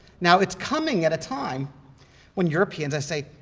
now it's coming at a time when europeans, i'd say,